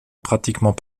pratiquement